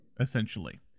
essentially